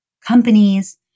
companies